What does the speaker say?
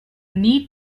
need